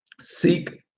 seek